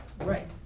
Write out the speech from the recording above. Right